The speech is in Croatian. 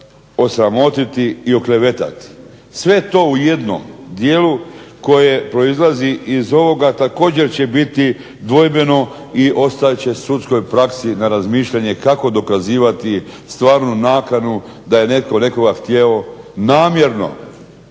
osramotiti i oklevetati. Sve to u jednom dijelu koje proizlazi iz ovoga također će biti dvojbeno i ostat će sudskoj praksi na razmišljanje kako dokazivati stvarnu nakanu da je netko nekoga htjeo namjerno,